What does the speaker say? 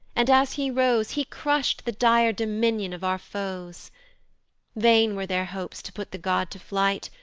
and, as he rose, he crush'd the dire dominion of our foes vain were their hopes to put the god to flight,